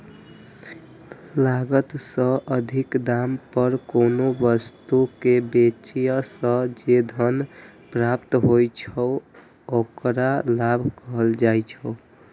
लागत सं अधिक दाम पर कोनो वस्तु कें बेचय सं जे धन प्राप्त होइ छै, ओकरा लाभ कहल जाइ छै